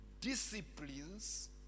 Disciplines